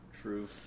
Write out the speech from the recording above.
true